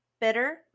Bitter